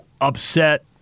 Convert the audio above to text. upset